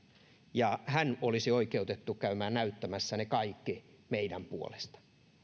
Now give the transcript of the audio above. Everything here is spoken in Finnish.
ja hän olisi oikeutettu käymään näyttämässä ne kaikki meidän puolesta